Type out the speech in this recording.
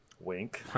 wink